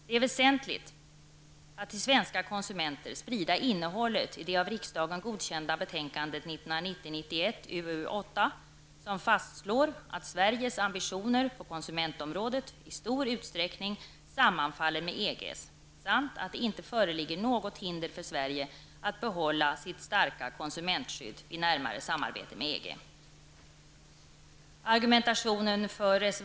Det är väsentligt att till svenska konsumenter sprida innehållet i det av riksdagen godkända betänkandet 1990/91:UU8, som fastslår att Sveriges ambitioner på konsumentområdet i stor utsträckning sammanfaller med EGs samt att det inte föreligger något hinder för Sverige att behålla sitt starka konsumentskydd vid närmare samarbete med EG.